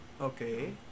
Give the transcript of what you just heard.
okay